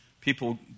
people